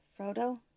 Frodo